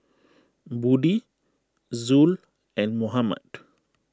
Budi Zul and Muhammad